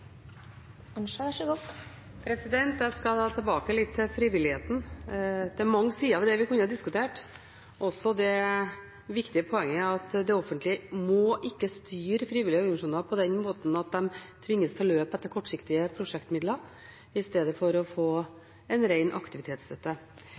mange sider ved den vi kunne ha diskutert, også det viktige poenget at det offentlige ikke må styre frivillige organisasjoner på den måten at de tvinges til å løpe etter kortsiktige prosjektmidler i stedet for å få